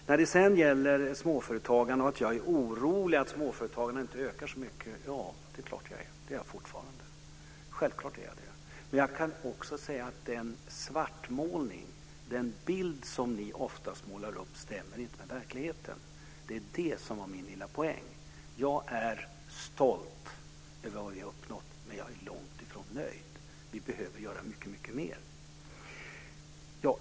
När det sedan gäller småföretagarna och om jag är orolig för att småföretagarna inte ökar så mycket vill jag säga att ja, det är klart att jag är. Det är jag fortfarande. Självklart är jag det. Men jag kan också säga att den bild som ni ofta målar upp inte stämmer med verkligheten. Det var det som var min lilla poäng. Jag är stolt över vad vi har uppnått, men jag är långtifrån nöjd. Vi behöver göra mycket mer.